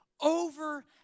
over